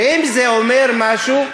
ואם זה אומר משהו,